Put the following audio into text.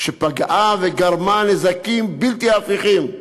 שפגעה וגרמה נזקים בלתי הפיכים,